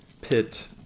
pit